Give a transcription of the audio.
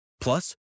Plus